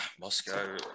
Moscow